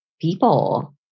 people